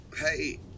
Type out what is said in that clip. Hey